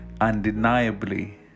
undeniably